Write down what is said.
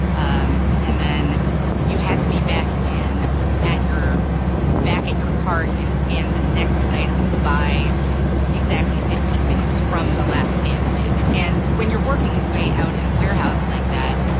um and then you had to be back in at your back at your cart and scan the next item by exactly fifteen minutes from the last scan you did. and when you're working way out in a warehouse like that,